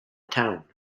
town